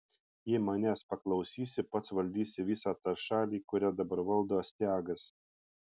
jei manęs paklausysi pats valdysi visą tą šalį kurią dabar valdo astiagas